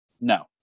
No